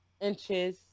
inches